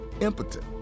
impotent